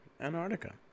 Antarctica